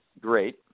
great